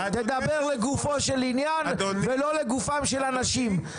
אדוני היושב ראש --- תדבר לגופו של עניין ולא לגופם של אנשים.